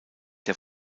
der